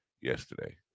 yesterday